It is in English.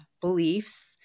beliefs